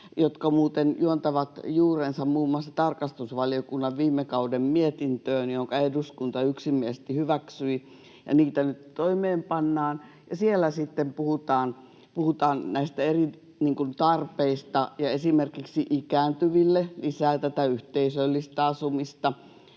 juontavat juurensa muun muassa tarkastusvaliokunnan viime kauden mietintöön, jonka eduskunta yksimielisesti hyväksyi — ja niitä nyt toimeenpannaan. Siellä puhutaan näistä eri tarpeista: esimerkiksi ikääntyville lisää yhteisöllistä asumista,